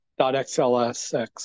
xlsx